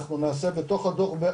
אנחנו נעשה בתוך הדוח,